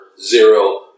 zero